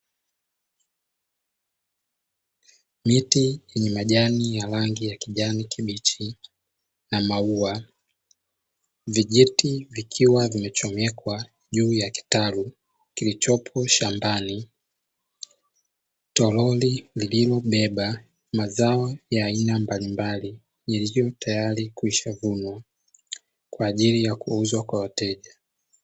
Miti yenye majani ya rangi ya kijani kibichi na maua, vijiti vikiwa vimechomekwa juu ya kitalu kilichopo shambani, toroli lililobeba mazao ya aina mbalimbali yaliyo tayari kwishavunwa kwa ajili ya kuuzwa kwa wateja.